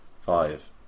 Five